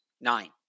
nine